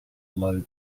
low